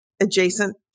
adjacent